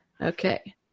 Okay